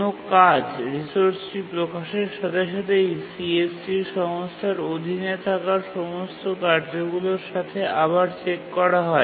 কোনও কাজ রিসোর্সটি প্রকাশের সাথে সাথেই CSC সংস্থার অধীনে থাকা সমস্ত কার্যগুলির সাথে আবার চেক করা হয়